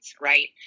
Right